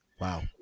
Wow